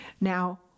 Now